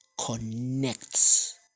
connects